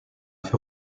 fut